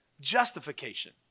justification